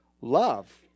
love